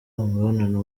imibonano